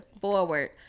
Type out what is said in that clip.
forward